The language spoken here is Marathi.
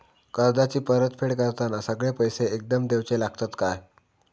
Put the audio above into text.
कर्जाची परत फेड करताना सगळे पैसे एकदम देवचे लागतत काय?